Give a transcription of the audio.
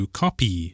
copy